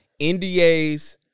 NDAs